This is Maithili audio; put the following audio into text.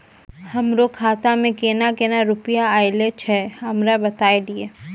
हमरो खाता मे केना केना रुपैया ऐलो छै? हमरा बताय लियै?